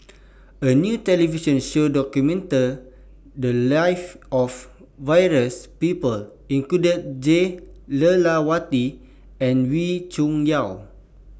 A New television Show documented The Lives of various People including Jah Lelawati and Wee Cho Yaw